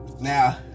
Now